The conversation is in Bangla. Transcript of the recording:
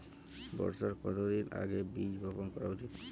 বর্ষার কতদিন আগে বীজ বপন করা উচিৎ?